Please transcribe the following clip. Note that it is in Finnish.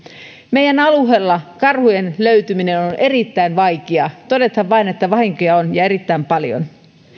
meidän alueella karhujen löytyminen on on erittäin vaikeaa ja todetaan vain että vahinkoja on ja erittäin paljon eihän